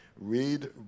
read